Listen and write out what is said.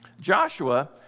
Joshua